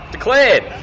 Declared